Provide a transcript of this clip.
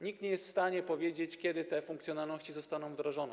Nikt nie jest w stanie powiedzieć, kiedy te funkcjonalności zostaną wdrożone.